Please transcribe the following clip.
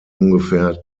ungefähr